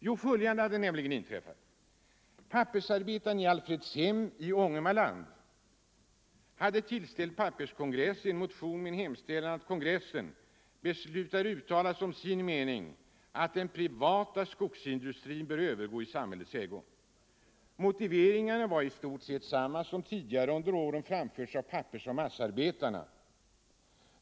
Jo, följande hade inträffat: Pappersarbetarna i Alfredshem i 123 Ångermanland hade tillställt Pappersindustriarbetareförbundets kongress en motion med hemställan att kongressen skulle besluta uttala som sin mening att den privata skogsindustrin bör övergå i samhällets ägo. Motiveringarna var i stort sett desamma som tidigare under åren framförts av pappersoch massaarbetarna.